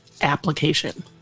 application